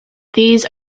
these